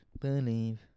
believe